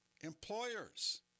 employers